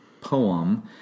poem